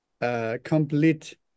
complete